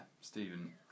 Stephen